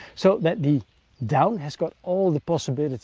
so that the down has got all the possibility